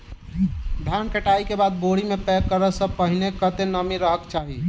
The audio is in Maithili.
धान कटाई केँ बाद बोरी मे पैक करऽ सँ पहिने कत्ते नमी रहक चाहि?